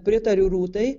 pritariu rūtai